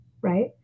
right